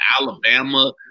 Alabama